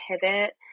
pivot